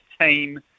team